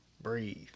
breathe